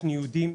ישנם ניודים,